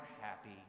happy